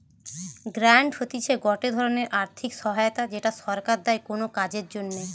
grant হতিছে গটে ধরণের আর্থিক সহায়তা যেটা সরকার দেয় কোনো কাজের জন্যে